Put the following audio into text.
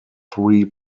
three